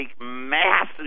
massive